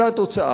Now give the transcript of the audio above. והתוצאה,